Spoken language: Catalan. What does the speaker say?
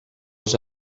els